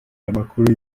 amakuru